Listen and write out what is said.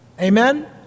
Amen